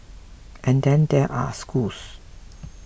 and then there are schools